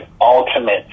ultimate